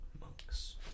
monks